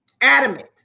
adamant